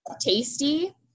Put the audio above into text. tasty